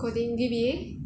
coding D_B in excel